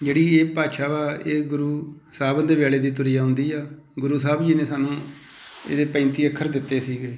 ਜਿਹੜੀ ਇਹ ਭਾਸ਼ਾ ਵਾ ਇਹ ਗੁਰੂ ਸਾਹਿਬਾਨ ਦੇ ਵੇਲੇ ਦੀ ਤੁਰੀ ਆਉਂਦੀ ਆ ਗੁਰੂ ਸਾਹਿਬ ਜੀ ਨੇ ਸਾਨੂੰ ਇਹਦੇ ਪੈਂਤੀ ਅੱਖਰ ਦਿੱਤੇ ਸੀਗੇ